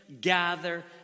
gather